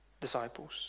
disciples